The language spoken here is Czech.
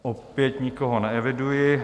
Opět nikoho neeviduji.